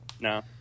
No